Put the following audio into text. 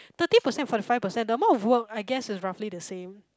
thirty percent forty five percent the amount of work I guess is roughly the same